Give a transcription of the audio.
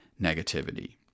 negativity